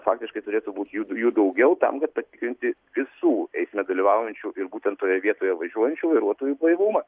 faktiškai turėtų būt jud jų daugiau tam kad patikrinti visų eisme dalyvaujančių ir būtent toje vietoje važiuojančių vairuotojų blaivumą